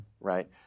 right